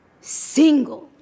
single